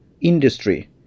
industry